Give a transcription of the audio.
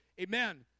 amen